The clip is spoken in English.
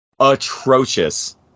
atrocious